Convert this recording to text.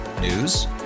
News